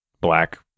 black